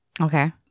okay